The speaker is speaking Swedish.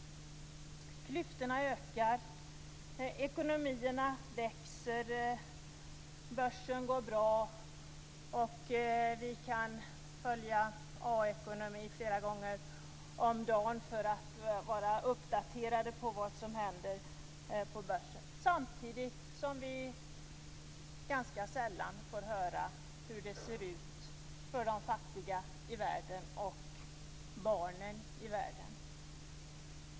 Klyftorna ökar, ekonomierna växer, börsen går bra och vi kan följa A-ekonomin flera gånger om dagen för att vara uppdaterade på vad som händer på börsen, samtidigt som vi ganska sällan får höra hur det ser ut för de fattiga och barnen i världen.